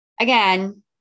again